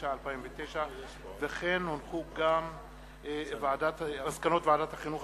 התש"ע 2009. מסקנות ועדת החינוך,